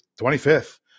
25th